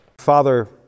Father